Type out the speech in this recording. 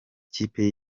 ikipe